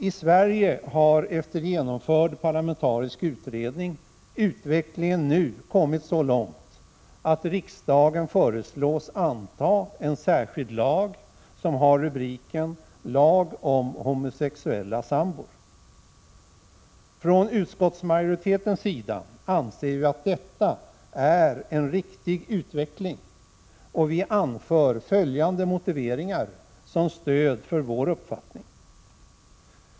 I Sverige har, efter genomförd parlamentarisk utredning, utvecklingen nu kommit så långt att riksdagen föreslås anta en särskild lag som har rubriken lag om homosexuella sambor. Från utskottsmajoritetens sida anser vi att detta är en riktig utveckling och vi anför följande motiveringar som stöd för vår uppfattning.